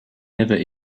never